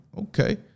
okay